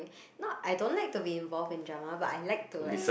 not I don't like to be involve in drama but I like to like